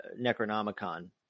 Necronomicon